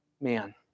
Man